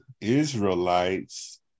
Israelites